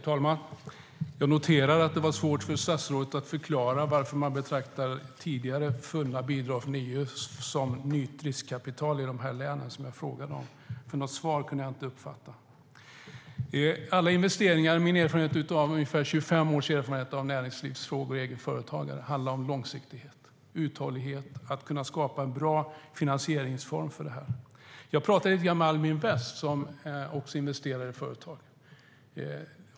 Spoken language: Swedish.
Herr talman! Jag noterar att det var svårt för statsrådet att förklara varför man betraktar tidigare fulla bidrag från EU som nytt riskkapital i de län som jag frågade om. Men jag kunde inte uppfatta något svar. Jag har som egenföretagare 25 års erfarenhet av näringslivsfrågor, och det handlar om långsiktighet och uthållighet och att kunna skapa en bra finansieringsform. Jag talade om Almi invest som också investerar i företag.